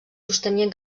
sostenien